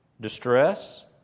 distress